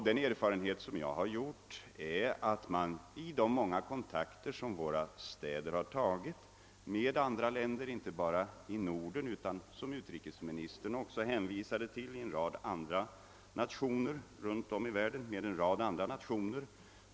Våra städer har tagit många kontakter med andra länder inte bara i Norden utan, såsom utrikesministern också hänvisade till, även med en rad nationer på andra håll runtom i världen.